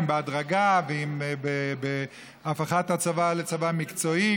אם בהדרגה ואם בהפיכת הצבא לצבא מקצועי.